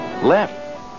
Left